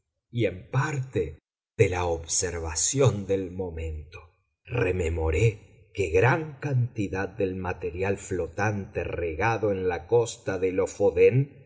y en parte de la observación del momento rememoré que gran cantidad del material flotante regado en la costa de lofoden